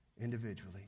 individually